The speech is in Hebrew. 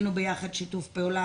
עשינו ביחד שיתוף פעולה.